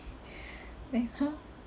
like !huh!